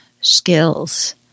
skills